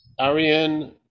Ariane